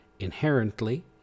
Inherently